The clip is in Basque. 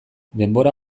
denbora